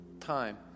time